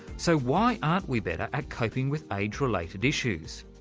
so why aren't we better at coping with age-related issues?